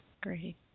Great